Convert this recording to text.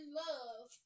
love